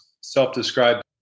self-described